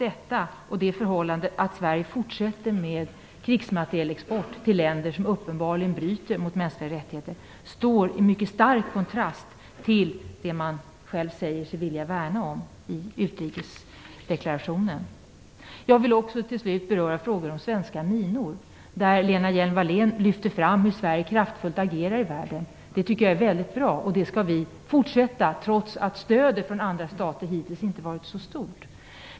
Detta, och det förhållande att Sverige fortsätter med krigsmaterielexport till länder som uppenbarligen bryter mot mänskliga rättigheter, står i mycket stark kontrast till det man själv säger sig vilja värna om i utrikesdeklarationen. Jag vill också till slut beröra frågor om svenska minor. Lena Hjelm-Wallén lyfte fram hur Sverige kraftfullt agerar i världen. Det tycker jag är väldigt bra, och det skall vi fortsätta med trots att stödet från andra stater hittills inte varit så stort.